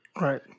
right